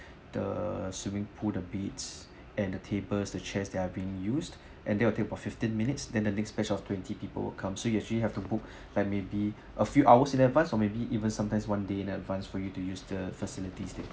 the swimming pool the beds and the tables the chairs that are being used and that will take about fifteen minutes than the next batch of twenty people would come so you actually have to book like maybe a few hours in advance or maybe even sometimes one day in advance for you to use the facilities there